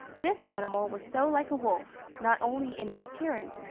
this animal was so like a wolf, not only in its appearance,